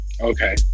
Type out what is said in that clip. Okay